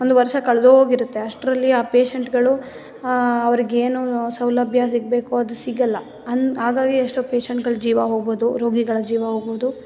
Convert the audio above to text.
ಒಂದು ವರ್ಷ ಕಳೆದೋಗಿರುತ್ತೆ ಅಷ್ಟರಲ್ಲಿ ಆ ಪೇಷೆಂಟ್ಗಳು ಅವರಿಗೇನು ಸೌಲಭ್ಯ ಸಿಗಬೇಕು ಅದು ಸಿಗೋಲ್ಲ ಹನ್ ಹಾಗಾಗಿ ಎಷ್ಟೋ ಪೇಷೆಂಟ್ಗಳ ಜೀವ ಹೋಗೋದು ರೋಗಿಗಳ ಜೀವ ಹೋಗೋದು